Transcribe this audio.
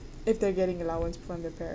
if they're getting allowance from their parent